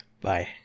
Bye